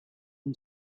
him